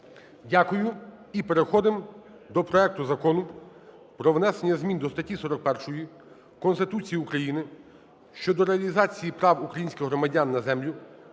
Дякую. І переходимо до проекту Закону про внесення змін до статті 41 Конституції України щодо реалізації прав українських громадян на землю,